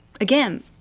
again